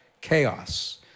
chaos